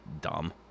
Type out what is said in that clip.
dumb